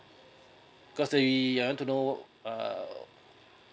cause I want to know uh